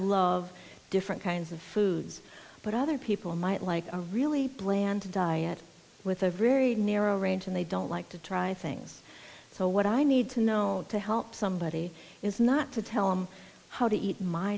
love different kinds of foods but other people might like a really bland diet with a very narrow range and they don't like to try things so what i need to know to help somebody is not to tell him how to eat my